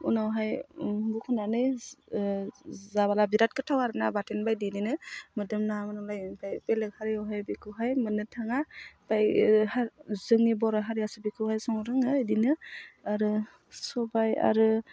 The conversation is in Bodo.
उनावहाय बख'नानै जाबोला बिराथ गोथाव आरो ना बाथोन बायदियैनो मोदोमना मोनाम लायो ओमफ्राय बेलेग हारियावहाय बेखौहाय मोननो थाङा जोंनि बर' हारियासो बेखौहाय संनो रोङो बिदिनो आरो सबाइ आरो